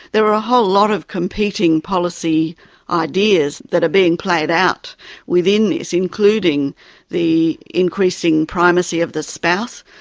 there are a whole lot of competing policy ideas that are being played out within this, including the increasing primacy of the spouse.